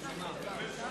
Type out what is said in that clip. בממשלה